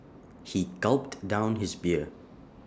he gulped down his beer